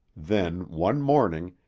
then, one morning,